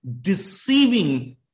deceiving